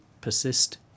persist